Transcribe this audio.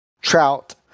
trout